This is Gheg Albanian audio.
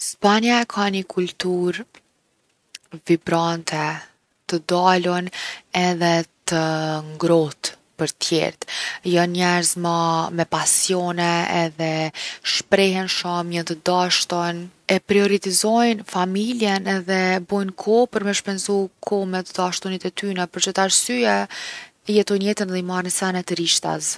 Spanja e ka ni kulturë vibrante t’dalun edhe të ngrohtë për tjert. Jon njerz ma me pasione edhe shprehen shumë. Jon t’dashtun. E prioritizojnë familjen edhe bojnë kohë për me shpenzu kohë me t’dashtunit e tyne për qët arsyje e jetojnë jetën edhe i marrin senet rishtaz.